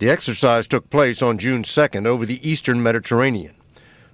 the exercise took place on june second over the eastern mediterranean